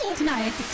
tonight